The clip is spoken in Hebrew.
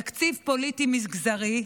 תקציב פוליטי-מגזרי,